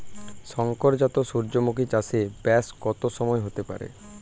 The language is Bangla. শংকর জাত সূর্যমুখী চাসে ব্যাস কত সময় হতে পারে?